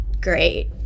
great